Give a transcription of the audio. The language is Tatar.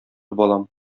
балам